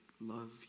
love